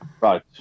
Right